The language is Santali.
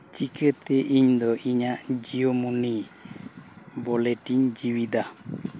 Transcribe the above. ᱪᱤᱠᱟᱹᱛᱮ ᱤᱧ ᱫᱚ ᱤᱧᱟᱹᱜ ᱡᱤᱭᱳ ᱢᱳᱱᱤ ᱚᱣᱟᱞᱮᱴᱤᱧ ᱡᱮᱣᱮᱫᱟ